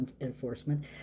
enforcement